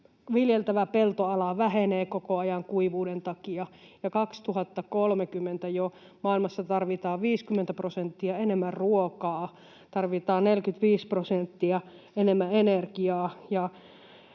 viljeltävä peltoala vähenee koko ajan kuivuuden takia ja jo 2030 maailmassa tarvitaan 50 prosenttia enemmän ruokaa,